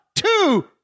two